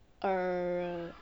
err